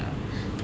ya